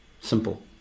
simple